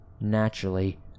Naturally